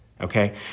Okay